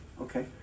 okay